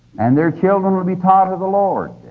and their children will be taught of the the lord,